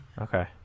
Okay